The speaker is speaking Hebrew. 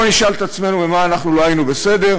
בואו נשאל את עצמנו במה אנחנו לא היינו בסדר.